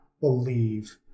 believe